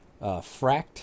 Fract